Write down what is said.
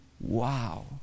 wow